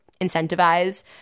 incentivize